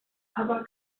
aber